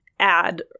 add